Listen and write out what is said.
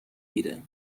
گیره